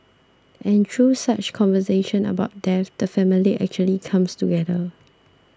and through such conversations about death the family actually comes together